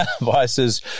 Vices